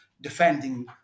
defending